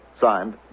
Signed